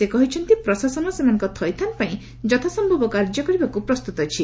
ସେ କହିଛନ୍ତି ପ୍ରଶାସନ ସେମାନଙ୍କ ଥଇଥାନ ପାଇଁ ଯଥା ସମ୍ଭବ କାର୍ଯ୍ୟ କରିବାକୁ ପ୍ରସ୍ତୁତ ଅଛି